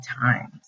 times